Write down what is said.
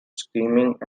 screaming